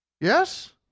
yes